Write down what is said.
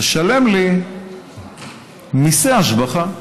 תשלם לי מיסי השבחה.